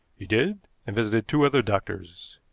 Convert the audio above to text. he did, and visited two other doctors.